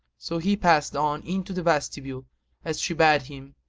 so he passed on into the vestibule as she bade him,